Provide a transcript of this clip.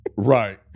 Right